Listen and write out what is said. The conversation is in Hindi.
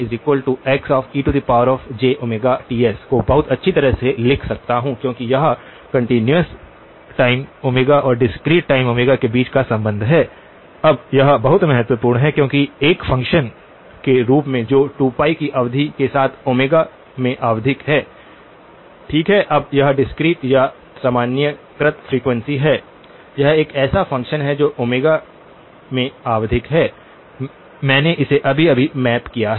इसलिए मैं इस XejωXejΩTs को बहुत अच्छी तरह से लिख सकता हूं क्योंकि यह कंटीन्यूअस टाइम ओमेगा और डिस्क्रीट टाइम ओमेगा के बीच का संबंध है अब यह बहुत महत्वपूर्ण है क्योंकि एक फ़ंक्शन के रूप में जो 2π की अवधि के साथ ω में आवधिक है ठीक है अब यह डिस्क्रीट या सामान्यीकृत फ्रीक्वेंसी है यह एक ऐसा फंक्शन है जो ओमेगा में आवधिक है मैंने इसे अभी अभी मैप किया है